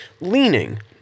leaning